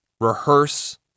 rehearse